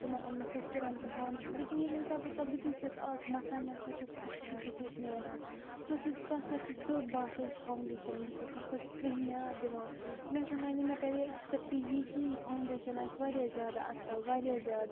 تِمَن أنۍ مےٚ سۄ سِرَم تہٕ فانٛوڈیشَن لیکن ییٚلہِ ہَسا بہٕ سۄ بُتھِس چھیٚس آز مَتھان مےٚ ہَسا چھِ خۄشکی بُتھِس نیران سۄ چھِ سۄ ہَسا چھِ سیٛود باسان یہِ چھِ فانٛوڈیشَن بُتھِس سۄ ہَسا چھِ کرٛہنیٛار دِوان مےٚ ہَسا وَنے مےٚ کَرے ایٚکٕسپیٚکٹہٕ یی کہِ یہِ فانٛوڈیشَن آسہِ واریاہ زیادٕ اصٕل واریاہ زیادٕ